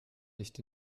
nicht